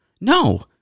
No